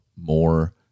more